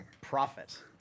profit